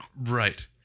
Right